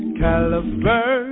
caliber